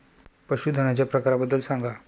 पशूधनाच्या प्रकारांबद्दल सांगा